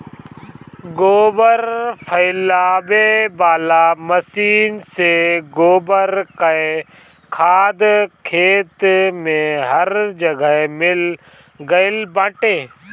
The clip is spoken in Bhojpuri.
गोबर फइलावे वाला मशीन से गोबर कअ खाद खेत में हर जगह मिल गइल बाटे